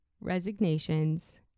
resignations